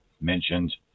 mentioned